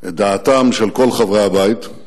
את דעתם של כל חברי הבית,